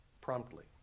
promptly